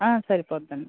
సరిపోతుందండి